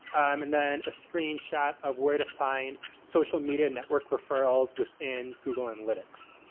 um and then a screenshot of where to find social media network referrals within google analytics.